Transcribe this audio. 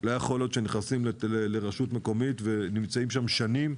לא יכול להיות שנכנסים לרשות מקומית ונמצאים שם שנים.